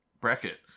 Bracket